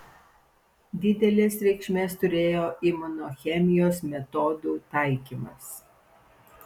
didelės reikšmės turėjo imunochemijos metodų taikymas